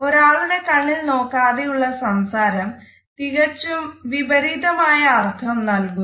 ഒരാളുടെ കണ്ണിൽ നോക്കാതെ ഉള്ള സംസാരം തികച്ചും വിപരീതമായ അർഥം നൽകുന്നു